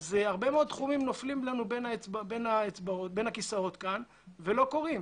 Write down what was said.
אז הרבה תחומים נופלים לנו בין הכיסאות כאן ולא קורים.